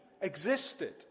existed